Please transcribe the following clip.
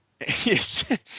Yes